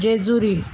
Jejuri